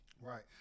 right